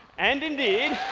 and indeed